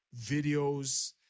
videos